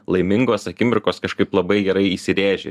laimingos akimirkos kažkaip labai gerai įsirėžia